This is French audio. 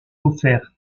offerte